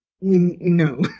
no